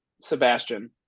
Sebastian